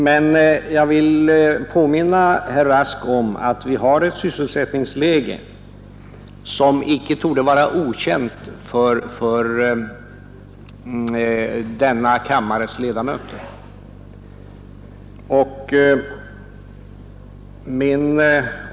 Men jag vill påminna herr Rask om att vi har ett sysselsättningsläge som inte torde vara okänt för denna kammares ledamöter.